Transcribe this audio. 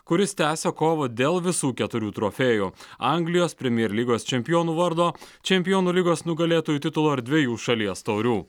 kuris tęsia kovą dėl visų keturių trofėjų anglijos premjer lygos čempionų vardo čempionų lygos nugalėtojų titulo ir dvejų šalies taurių